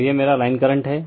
तो यह मेरा लाइन करंट है